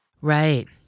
Right